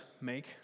make